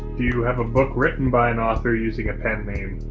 do you have a book written by an author using a pen name?